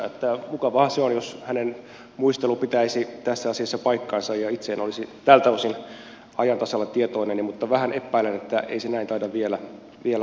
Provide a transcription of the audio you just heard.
mukavaahan se olisi jos hänen muistelunsa pitäisi tässä asiassa paikkansa ja itse en olisi tältä osin ajan tasalla tietoineni mutta vähän epäilen että ei se näin taida vielä olla